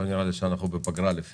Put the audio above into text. לא נראה לי שאנחנו בפגרה לפי הנוכחות.